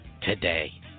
today